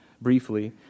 briefly